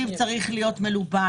הנושא של התקציב צריך להיות מלובן.